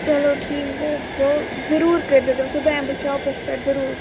چَلو ٹھیٖک حظ گوٚو ضُروٗر کٔرزیٚو تیٚلہِ صُبحٲے یِمہٕ بہٕ شاپس پٮ۪ٹھ ضُروٗر